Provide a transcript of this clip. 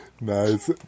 Nice